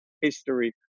history